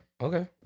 Okay